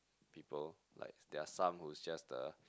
people like they're some who's just the